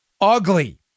Ugly